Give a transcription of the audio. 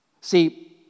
See